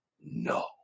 No